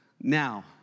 now